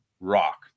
rock